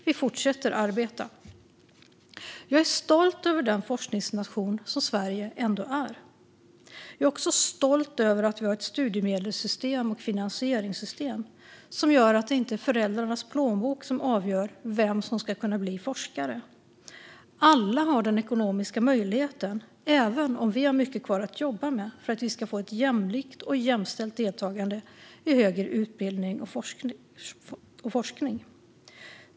Vi fortsätter att arbeta. Jag är stolt över den forskningsnation som Sverige ändå är. Jag är också stolt över att vi har ett studiemedelssystem och finansieringssystem som gör att det inte är föräldrarnas plånbok som avgör vem som kan bli forskare. Alla har den ekonomiska möjligheten, även om vi har mycket kvar att jobba med för att vi ska få ett jämlikt och jämställt deltagande i högre utbildning och forskning.